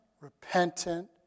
repentant